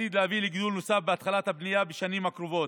שעתיד להביא לגידול נוסף בתחילת הבנייה בשנים הקרובות.